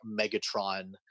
Megatron